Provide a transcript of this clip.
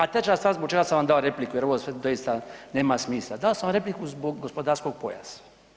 A treća stvar zbog koje sam vam dao repliku, jer ovo sve doista nema smisla dao sam vam repliku zbog gospodarskog pojasa.